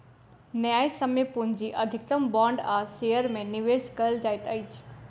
न्यायसम्य पूंजी अधिकतम बांड आ शेयर में निवेश कयल जाइत अछि